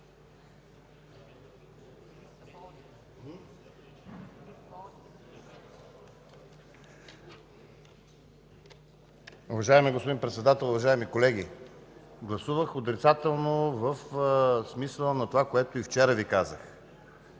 Уважаеми господин Председател, уважаеми колеги! Гласувах отрицателно в смисъла на това, което и вчера Ви казах.